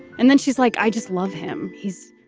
and then she's like, i just love him. he's.